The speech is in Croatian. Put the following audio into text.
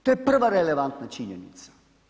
To je prva relevantna činjenica.